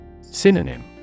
Synonym